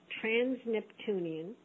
trans-Neptunian